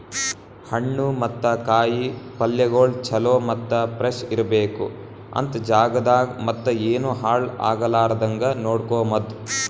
ಹಣ್ಣು ಮತ್ತ ಕಾಯಿ ಪಲ್ಯಗೊಳ್ ಚಲೋ ಮತ್ತ ಫ್ರೆಶ್ ಇರ್ಬೇಕು ಅಂತ್ ಜಾಗದಾಗ್ ಮತ್ತ ಏನು ಹಾಳ್ ಆಗಲಾರದಂಗ ನೋಡ್ಕೋಮದ್